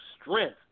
strength